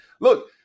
look